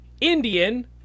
Indian